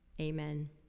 amen